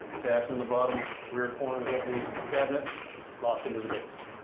tabs on the bottom rear corners of the cabinet lock into the base.